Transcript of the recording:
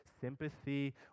sympathy